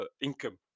income